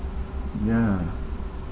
ya